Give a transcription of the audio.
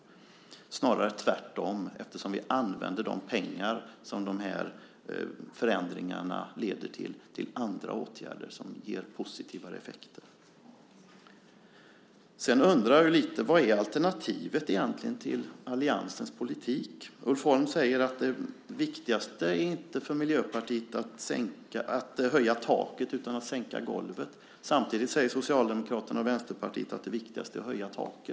Det är snarare tvärtom, eftersom vi använder de pengar som de här förändringarna leder till till andra åtgärder som ger positivare effekter. Sedan undrar jag lite. Vad är egentligen alternativet till alliansens politik? Ulf Holm säger att det viktigaste för Miljöpartiet inte är att höja taket, utan det viktigaste är att sänka golvet. Samtidigt säger Socialdemokraterna och Vänsterpartiet att det viktigaste är att höja taket.